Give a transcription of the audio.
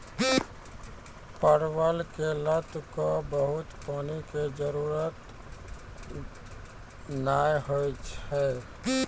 परवल के लत क बहुत पानी के जरूरत नाय होय छै